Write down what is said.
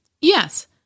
Yes